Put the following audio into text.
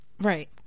Right